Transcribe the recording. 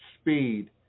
speed